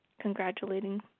congratulating